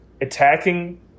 attacking